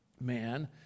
man